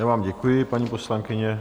Já vám děkuji, paní poslankyně.